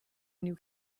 new